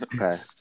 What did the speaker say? okay